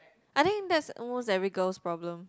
I think that's almost every girl's problem